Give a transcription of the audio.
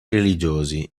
religiosi